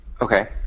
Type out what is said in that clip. Okay